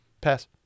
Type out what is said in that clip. Pass